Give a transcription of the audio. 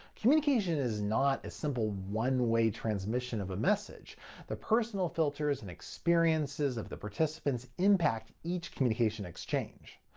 communication is not a simple one-way transmission of a message the personal filters and experiences of the participants impact each communication exchange.